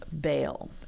bail